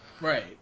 right